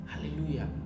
Hallelujah